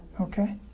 okay